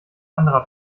anderer